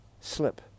slip